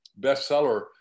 bestseller